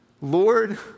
Lord